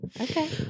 Okay